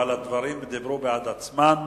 אבל הדברים דיברו בעד עצמם.